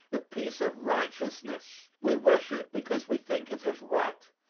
the peace of righteousness. we wish it because we think it is right,